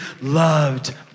loved